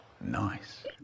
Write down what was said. Nice